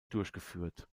durchgeführt